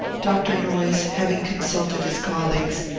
dr. noyes, having consulted his colleagues,